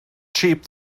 cheap